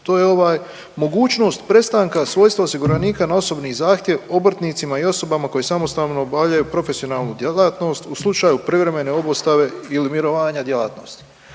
ovaj mogućnost prestanka svojstva osiguranika na osobni zahtjev obrtnicima i osobama koji samostalno obavljaju profesionalnu djelatnost u slučaju privremene obustave ili mirovanja djelatnosti.